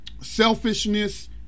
selfishness